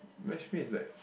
matchmake is like